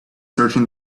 searching